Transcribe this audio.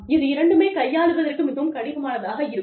இது இரண்டுமே கையாளுவதற்கு மிகவும் கடினமானதாக இருக்கும்